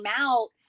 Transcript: out